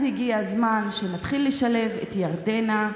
אז הגיע הזמן שנתחיל לשלב את ירדנה,